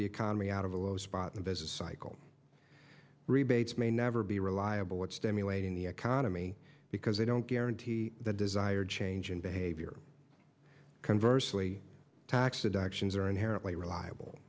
the economy out of the low spot and business cycle rebates may never be reliable what stimulating the economy because they don't guarantee the desired change in behavior conversely tax deductions are inherently reliable